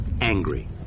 angry